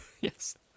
yes